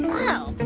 yeah oh, but